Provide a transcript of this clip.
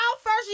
first